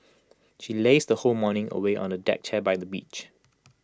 she lazed her whole morning away on A deck chair by the beach